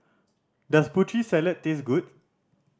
does Putri Salad taste good